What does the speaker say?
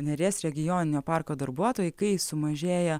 neries regioninio parko darbuotojai kai sumažėja